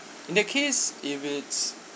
in the case if it's